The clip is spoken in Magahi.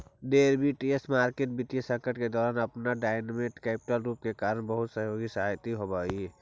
डेरिवेटिव्स मार्केट वित्तीय संकट के दौरान अपन डायनेमिक कैपिटल रूप के कारण बहुत सहयोगी साबित होवऽ हइ